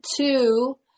two